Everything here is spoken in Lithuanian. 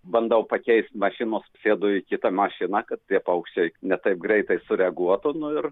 bandau pakeist mašinos sėdu į kitą mašiną kad tie paukščiai ne taip greitai sureaguotų nu ir